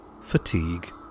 Fatigue